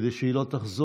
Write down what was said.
כדי שהיא לא תחזור,